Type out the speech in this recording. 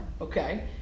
okay